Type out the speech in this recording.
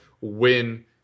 win